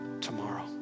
tomorrow